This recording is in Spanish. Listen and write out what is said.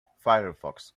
firefox